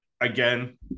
Again